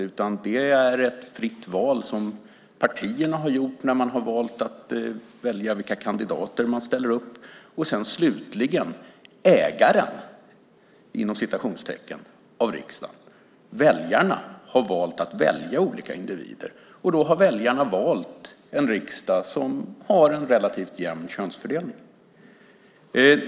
Där är det ett fritt val som partierna har gjort när de har valt vilka som ska vara kandidater. Slutligen har "ägaren" av riksdagen, väljarna, valt olika individer. Då har väljarna valt en riksdag som har en relativt jämn könsfördelning.